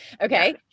Okay